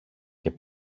και